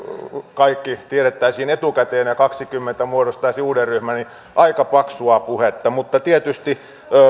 kaikki tiedettäisiin etukäteen ja kaksikymmentä muodostaisi uuden ryhmän on aika paksua puhetta mutta tietysti